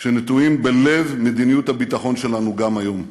שנטועים בלב מדיניות הביטחון שלנו גם היום: